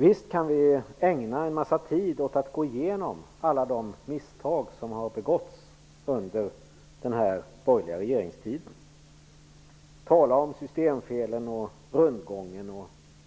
Visst kan vi ägna tid åt att gå igenom alla de misstag som har begåtts under den borgerliga regeringstiden och tala om systemfelen, rundgången